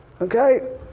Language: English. Okay